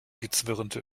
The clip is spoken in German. gezwirnte